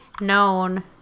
known